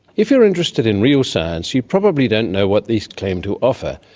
if you're interested in real science you probably don't know what these claim to offer,